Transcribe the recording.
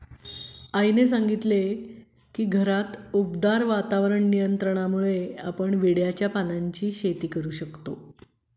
आईने सांगितले की घरात उबदार पर्यावरण नियंत्रणामुळे आपण कांद्याच्या पानांची शेती करू शकतो